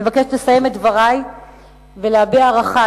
אני מבקשת לסיים את דברי ולהביע הערכה